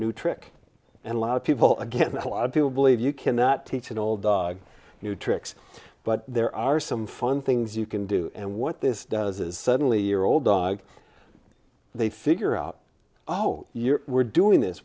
new trick and a lot of people again a lot of people believe you cannot teach an old dog new tricks but there are some fun things you can do and what this does is suddenly year old dog they figure out oh you are doing